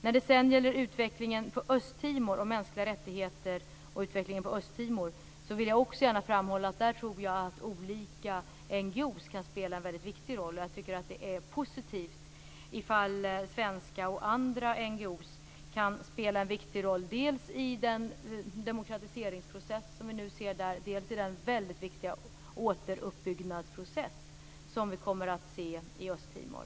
När det sedan gäller mänskliga rättigheter och utvecklingen på Östtimor vill jag gärna framhålla att jag tror att olika NGO:er kan spela en väldigt viktig roll. Jag tycker att det är positivt om svenska och andra NGO:er kan spela en viktig roll dels i den demokratiseringsprocess som vi nu ser där, dels i den väldigt viktiga återuppbyggnadsprocess som vi kommer att se i Östtimor.